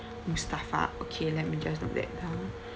mustafa okay let me just note that down